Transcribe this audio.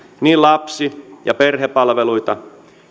niin lapsi ja perhepalveluita